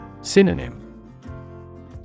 Synonym